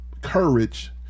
courage